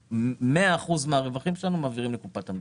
את 100% מן הרווחים שלנו אנחנו מעבירים לקופת המדינה.